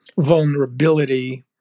vulnerability